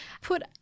put